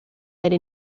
era